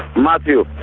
matthew.